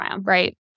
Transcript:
right